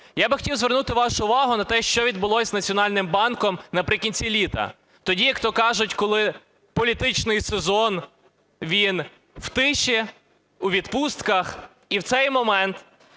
Я би хотів звернути вашу увагу на те, що відбулося з Національним банком наприкінці літа. Тоді, як то кажуть, коли політичний сезон, він в тиші, у відпустках, і в цей момент